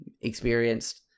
experienced